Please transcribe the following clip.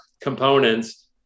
components